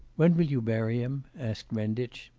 when will you bury him asked renditch.